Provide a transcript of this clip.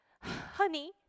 Honey